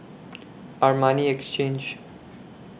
Armani Exchange